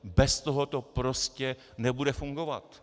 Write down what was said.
Bez toho to prostě nebude fungovat.